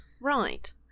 Right